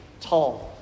tall